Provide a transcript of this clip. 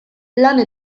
landa